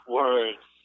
words